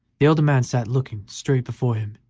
the elder man sat looking straight before him,